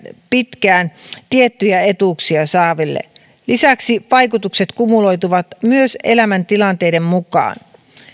pitkään tiettyjä etuuksia saaville lisäksi vaikutukset kumuloituvat myös elämäntilanteiden mukaan